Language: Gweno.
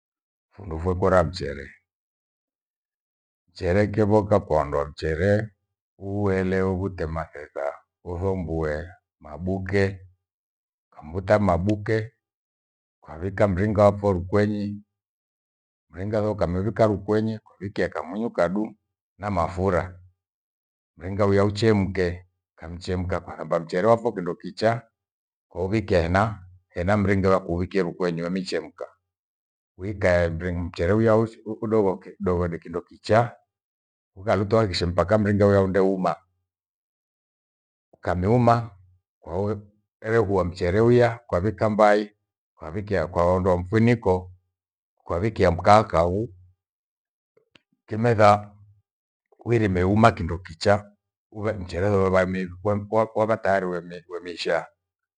Fundu vekwora mchere. Mchere kyevoka kwaondoa mchere uuelewe ute mathetha uvumbue mabuke, kwamhuta mabuke kwavika mringa wapho rukwenyi, mringa thomkaomivika rukwenyi kuwikie kamunyu kadu na mafura. Mringa uya uchemke, kamchemka kwathamba mchere wapho kindo kicha kwauwikia ena- hena mringa ukawikie rukwenyi wamichemka. Uwikae mringi- mchere uya usi- udoghoke dogode kindo kicha ughalutuakishe mpaka mringa uya undeuma. Ukamiuma kwaoe, oregua mchere uya kwavika mbai, kwavikia kwaondoa mfuniko kwavikia mkaa kahu kimetha kwirime uma kindo kicha, uvae mchere urevamiki kue koa kwa vataari uwe midue misha